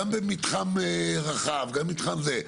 גם במתחם רחב, גם במתחם זה.